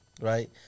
right